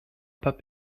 pas